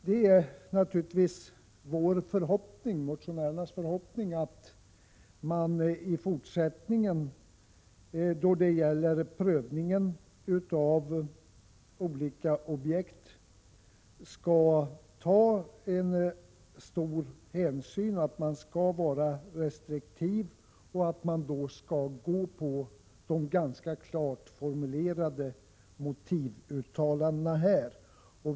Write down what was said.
Det är naturligtvis motionärernas förhoppning att det i fortsättningen vid prövningen av olika objekt skall tas stor hänsyn och visas restriktivitet samt att de klart formulerade motivuttalandena följs.